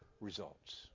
results